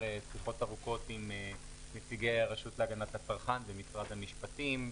שיחות ארוכות עם נציגי הרשות להגנת הצרכן ומשרד המשפטים.